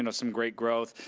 and some great growth,